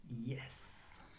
Yes